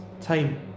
time